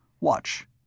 Watch